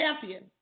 champion